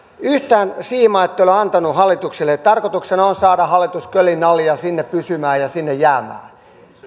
yhtään siimaa ette ole antaneet hallitukselle vaan tarkoituksena on saada hallitus kölin ali ja siellä pysymään ja sinne jäämään